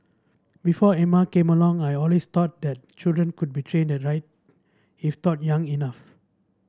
before Emma came along I always thought that children could be trained right if taught young enough